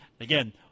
again